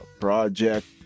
project